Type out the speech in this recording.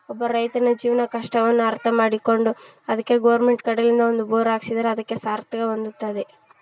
ಒಬ್ಬ ರೈತನ ಜೀವನ ಕಷ್ಟವನ್ನು ಅರ್ಥ ಮಾಡಿಕೊಂಡು ಅದಕ್ಕೆ ಗೌರ್ಮೆಂಟ್ ಕಡೆಯಿಂದ ಒಂದು ಬೋರ್ ಹಾಕಿಸಿದರೆ ಅದಕ್ಕೆ ಸಾರ್ಥಕ ಹೊಂದುತ್ತದೆ